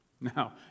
Now